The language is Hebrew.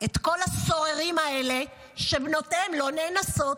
את כל הסוררים האלה שבנותיהם לא נאנסות,